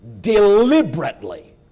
deliberately